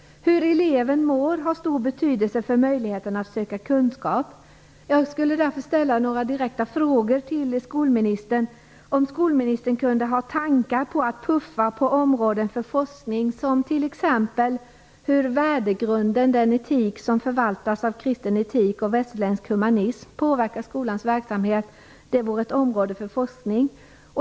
Hur eleven mår har stor betydelse för möjligheten att söka kunskap. Kunde skolministern ha tankar på att puffa för områden för forskning, t.ex. hur värdegrunden, "den etik som förvaltas av kristen etik och västerländsk humanism", påverkar skolans verksamhet? Det vore ett område för forskning.